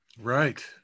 Right